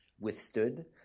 withstood